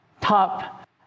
top